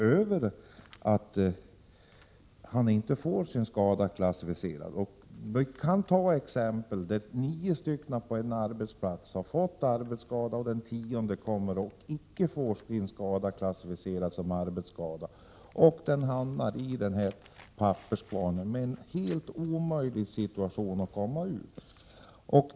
Låt mig ta exemplet att nio av tio personer på en arbetsplats fått sina skador klassificerade som arbetsskador. Den tionde personen hamnar i en papperskvarn, som det är omöjligt att ta sig ur.